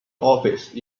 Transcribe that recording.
office